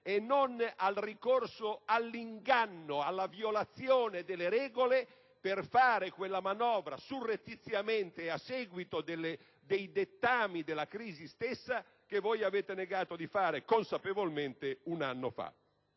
e non al ricorso all'inganno, alla violazione delle regole per fare quella manovra surrettiziamente, a seguito dei dettami della crisi stessa, che voi avete negato di fare consapevolmente un anno fa.